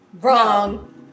Wrong